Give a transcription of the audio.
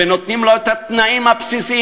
ונותנים לו את התנאים הבסיסיים,